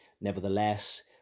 Nevertheless